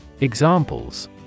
Examples